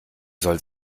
soll